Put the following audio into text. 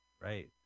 Right